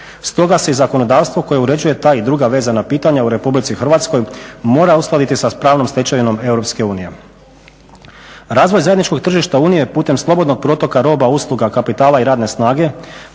Stoga se i zakonodavstvo koje uređuje ta i druga vezana pitanja u Republici Hrvatskoj mora uskladiti sa pravnom stečevinom Europske unije. Razvoj zajedničkog tržišta Unije putem slobodnog protoka roba, usluga, kapitala i radne snage